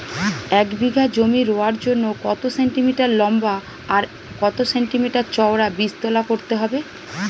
এক বিঘা জমি রোয়ার জন্য কত সেন্টিমিটার লম্বা আর কত সেন্টিমিটার চওড়া বীজতলা করতে হবে?